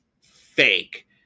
fake